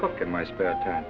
cook in my spare time